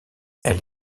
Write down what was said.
elle